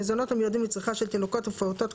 מזונות המיועדים לצריכה של תינוקות ופעוטות,